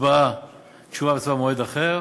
תשובה והצבעה במועד אחר.